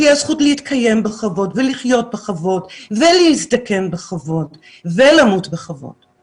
שתהיה זכות להתקיים בכבוד ולחיות בכבוד ולהזדקן בכבוד ולמות בכבוד.